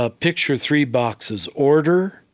ah picture three boxes order,